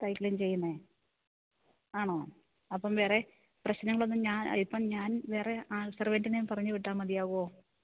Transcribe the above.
dry clean ചെയ്യുന്നത് ആണോ അപ്പം വേറെ പ്രശ്നങ്ങളൊന്നും ഞാൻ ഇപ്പം ഞാൻ വേറെ സെർവെൻ്റിനെ പറഞ്ഞ് വിട്ടാൽ മതിയാകുമോ